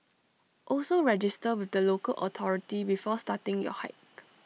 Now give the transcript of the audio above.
also register with the local authority before starting your hike